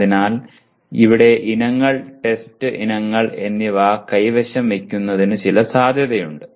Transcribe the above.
അതിനാൽ ഇവിടെ ഇനങ്ങൾ ടെസ്റ്റ് ഇനങ്ങൾ എന്നിവ കൈവശം വയ്ക്കുന്നതിന് ചില സാധ്യതയുണ്ട്